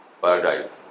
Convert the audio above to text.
paradise